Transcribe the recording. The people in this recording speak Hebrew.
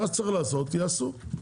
מה שצריך לעשות יעשו.